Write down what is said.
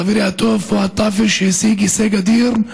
חברי הטוב פואד טאפש, שהשיג הישג אדיר,